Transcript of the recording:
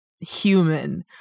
human